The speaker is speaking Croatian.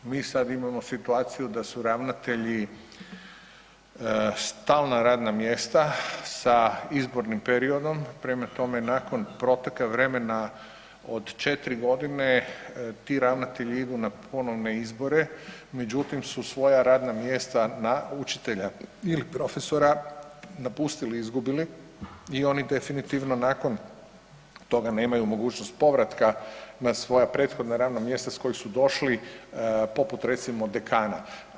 Mi sad imamo situaciju da su ravnatelji stalna radna mjesta sa izbornim periodom, prema tome nakon proteka vremena od 4.g. ti ravnatelji idu na ponovne izbore, međutim su svoja radna mjesta učitelja ili profesora napustili i izgubili i oni definitivno nakon toga nemaju mogućnost povratka na svoja prethodna radna mjesta s kojih su došli poput recimo dekana.